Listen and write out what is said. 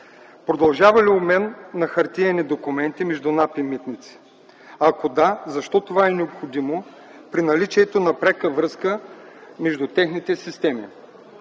Продължава ли обмен на хартиени документи между НАП и „Митници”? Ако да, защо това е необходимо при наличието на пряка връзка между техните системи?